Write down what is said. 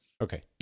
Okay